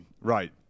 Right